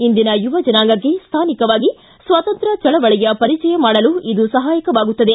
ಇಂದಿನ ಯುವ ಜನಾಂಗಕ್ಕೆ ಸ್ಥಾನಿಕವಾಗಿ ಸ್ವಾತಂತ್ರ್ಯ ಚಳವಳಿಯ ಪರಿಚಯ ಮಾಡಲು ಇದು ಸಹಾಯಕವಾಗುತ್ತದೆ